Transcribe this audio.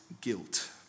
guilt